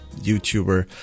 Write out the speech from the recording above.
YouTuber